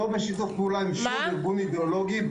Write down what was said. לא בשיתוף פעולה עם שום ארגון אידיאולוגי,